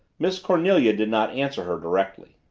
miss cornelia did not answer her directly.